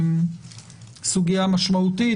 סוגיה משמעותית,